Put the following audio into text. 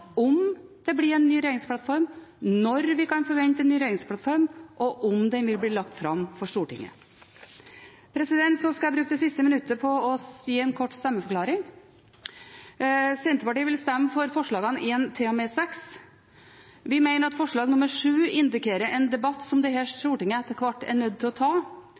om det blir en ny regjeringsplattform, når vi kan forvente en ny regjeringsplattform, og om den vil bli lagt fram for Stortinget. Jeg skal bruke det siste minuttet på å gi en kort stemmeforklaring. Senterpartiet vil stemme for forslagene nr. 1–6. Vi mener at forslag nr. 7 indikerer en debatt som dette stortinget etter hvert er nødt til å ta,